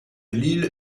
l’île